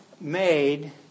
made